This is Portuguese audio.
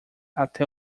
até